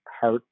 heart